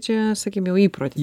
čia sakykim jau įprotis